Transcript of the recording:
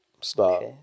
Stop